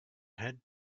had